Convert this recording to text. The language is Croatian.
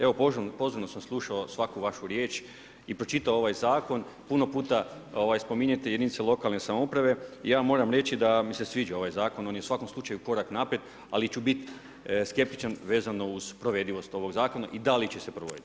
Evo pozorno sam slušao svaku vašu riječ i pročitao ovaj zakon, puno puta spominjete jedinice lokalne samouprave i ja vam moram reći da mi se sviđa ovaj zakon, on je u svakom slučaju korak naprijed, ali ću biti skeptičan vezano uz provedivost ovog zakona i da li će se provoditi.